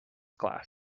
class